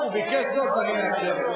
הוא ביקש זאת, ואני מאפשר לו.